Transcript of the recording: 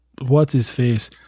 What's-His-Face